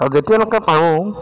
আৰু যেতিয়ালৈকে পাৰোঁ